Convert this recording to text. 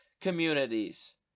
communities